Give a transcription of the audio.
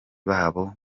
babo